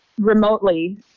Remotely